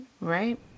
right